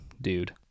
dude